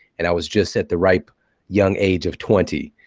and i was just at the ripe young age of twenty.